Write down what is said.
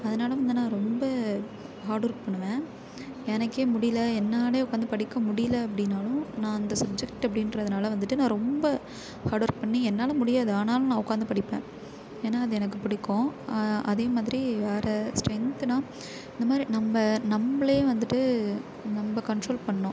அதனால வந்து நான் ரொம்ப ஹார்டு ஒர்க் பண்ணுவேன் எனக்கே முடியல என்னாலேயே உட்காந்து படிக்க முடியல அப்படினாலும் நான் அந்த சப்ஜக்ட் அப்படிங்குறதுனால வந்துட்டு நான் ரொம்ப ஹார்டு ஒர்க் பண்ணி என்னால் முடியாது ஆனாலும் நான் உட்காந்து படிப்பேன் ஏன்னால் அது எனக்கு பிடிக்கும் அதே மாதிரி வேறே ஸ்டென்த்துனால் இந்தமாதிரி நம்ப நம்பளே வந்துட்டு நம்ப கண்ட்ரோல் பண்ணும்